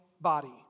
body